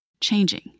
changing